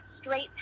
straight